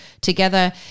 together